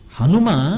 hanuma